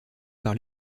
par